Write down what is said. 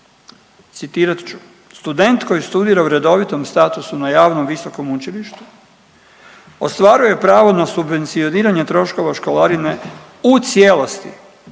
Citirat ću, student koji studira u redovitom statusu na javnom visokom učilištu ostvaruje pravo na subvencioniranje troškova školarine u cijelosti